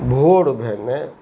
भोर भेनै